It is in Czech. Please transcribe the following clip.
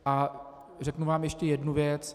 A řeknu vám ještě jednu věc.